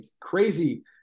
crazy